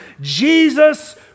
Jesus